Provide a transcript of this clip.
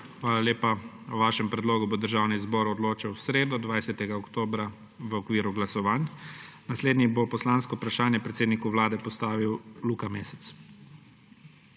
Hvala lepa. O vašem predlogu bo Državni zbor odločal v sredo, 20. oktobra, v okviru glasovanj. Naslednji bo poslansko vprašanje predsedniku vlade postavil Luka Mesec.